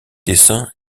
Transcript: dessins